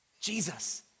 Jesus